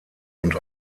und